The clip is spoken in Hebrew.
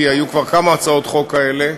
כי היו כבר כמה הצעות חוק כאלה,